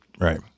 Right